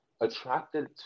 attracted